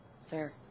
sir